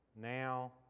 now